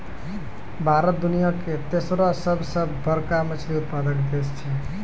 भारत दुनिया के तेसरो सभ से बड़का मछली उत्पादक देश छै